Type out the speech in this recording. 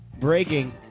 Breaking